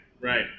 right